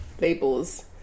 labels